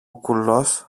κουλός